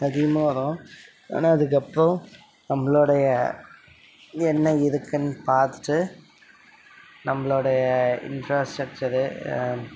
அதிகமாக வரும் ஏன்னா அதுக்கப்றம் நம்மளோடைய என்ன இருக்குன்னு பார்த்துட்டு நம்மளோடைய இன்ஃப்ராஸ்ட்ரக்ச்சரு